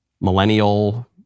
millennial